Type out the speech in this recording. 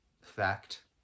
fact